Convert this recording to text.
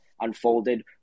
unfolded